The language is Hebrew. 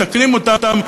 מתקנים אותם,